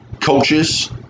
coaches